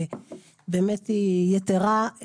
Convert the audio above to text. מוגבלויות באמת היא יתרה.